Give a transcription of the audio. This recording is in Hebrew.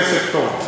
כסף טוב.